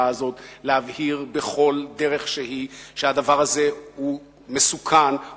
הזאת להבהיר בכל דרך שהדבר הזה הוא מסוכן,